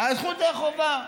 הזכות והחובה.